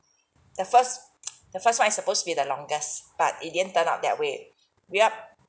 the first the first one is supposed to be the longest but it didn't turn out that way ya